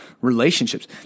relationships